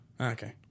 Okay